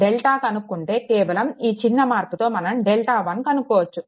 delta కనుక్కుంటే కేవలం ఈ చిన్న మార్పుతో మనం డెల్టా1 కనుక్కోవచ్చు